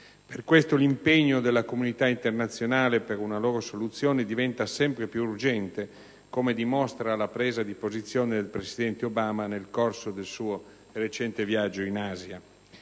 Per questo, l'impegno della comunità internazionale per una loro soluzione diventa sempre più urgente, come dimostra la presa di posizione del presidente Obama nel corso del suo recente viaggio in Asia.